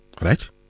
right